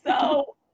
So-